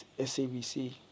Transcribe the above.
SABC